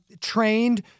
trained